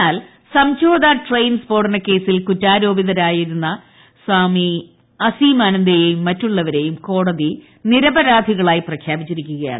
എന്നാൽ സംഝോദ ട്രെയിൻ സ്ഫോടന കേസിൽ കുറ്റാരോപിതരായിരുന്ന സ്വാമി അസീമാനന്ദിനെയും മറ്റുള്ളവരെയും കോടതി നിരപരാധികളായി പ്രഖ്യാപിച്ചിരിക്കുകയാണ്